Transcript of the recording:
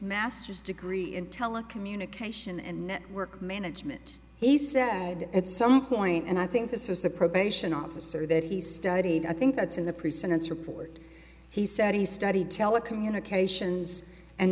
master's degree in telecommunication and network management he said at some point and i think this was a probation officer that he studied i think that's in the pre sentence report he said he studied telecommunications and